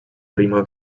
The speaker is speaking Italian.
prima